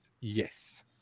Yes